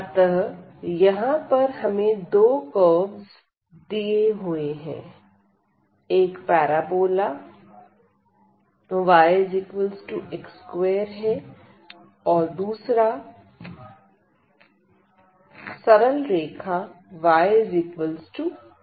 अतः यहां पर हमें दो कर्वस दिए हुए हैं एक पैराबोला yx2 है और दूसरा सरल रेखा yx है